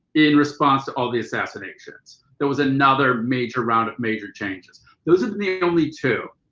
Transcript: in response to all the assassinations. there was another major round of major changes. those are the only two.